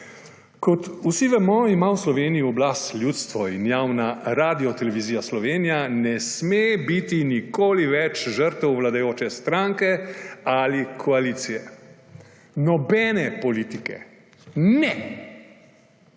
Kot vsi vemo, ima v Sloveniji oblast ljudstvo, in javna Radiotelevizija Slovenija ne sme biti nikoli več žrtev vladajoče stranke ali koalicije. Nobene politike. Ne.